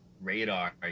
radar